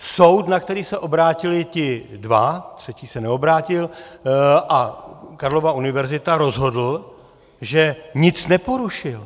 Soud, na který se obrátili ti dva, třetí se neobrátil, a Karlova univerzita, rozhodl, že nic neporušil.